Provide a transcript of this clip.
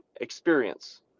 experience